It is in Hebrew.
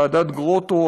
ועדת גרוטו,